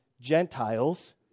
Gentiles